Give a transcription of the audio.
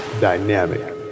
dynamic